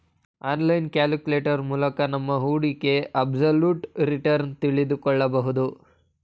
online calculator ಮೂಲಕ ನಮ್ಮ ಹೂಡಿಕೆಯ ಅಬ್ಸಲ್ಯೂಟ್ ರಿಟರ್ನ್ ತಿಳಿದುಕೊಳ್ಳಬಹುದು